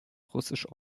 russisch